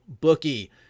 Bookie